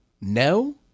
No